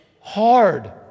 hard